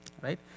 right